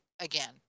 again